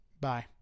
Bye